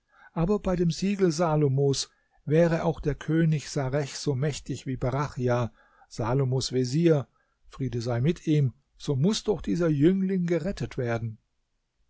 aber bei dem siegel salomos wäre auch der könig sarech so mächtig wie barachja salomos vezier friede sei mit ihm so muß doch dieser jüngling gerettet werden